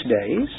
days